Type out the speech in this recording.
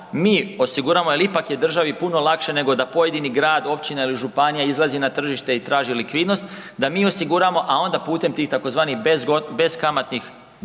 mi osiguramo jel ipak je državi puno lakše nego da pojedini grad, općina ili županija izlazi na tržište i traži likvidnost, da mi osiguramo, a onda putem tih tzv. beskamatnih